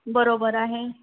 बरोबर आहे